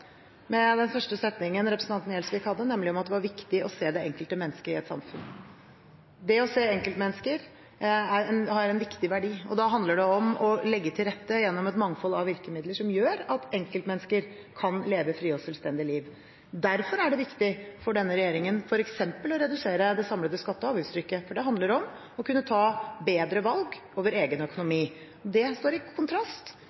i den første setningen til representanten Gjelsvik, om at det er viktig å se det enkelte mennesket i et samfunn. Det å se enkeltmennesker har en viktig verdi, og da handler det om å legge til rette gjennom et mangfold av virkemidler som gjør at enkeltmennesker kan leve frie og selvstendige liv. Derfor er det viktig for denne regjeringen f.eks. å redusere det samlede skatte- og avgiftstrykket, for det handler om å kunne ta bedre valg i egen